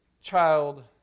child